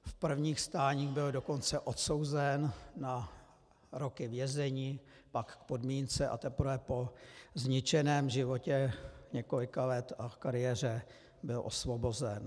V prvních stáních byl dokonce odsouzen na roky vězení, pak k podmínce a teprve po zničeném životě několika let a kariéře byl osvobozen.